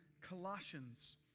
Colossians